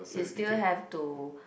is still have to